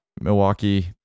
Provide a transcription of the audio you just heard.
Milwaukee